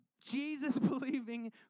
Jesus-believing